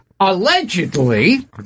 Allegedly